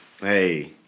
hey